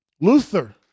Luther